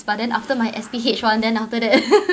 but then after my S_P_H one then after that